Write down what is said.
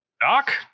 Doc